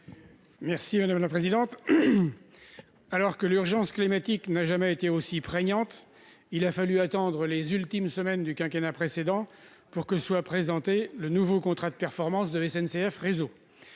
l'amendement n° 278. Alors que l'urgence climatique n'a jamais été aussi prégnante, il a fallu attendre les ultimes semaines du quinquennat précédent pour que soit présenté le nouveau contrat de performance de SNCF Réseau.